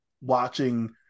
watching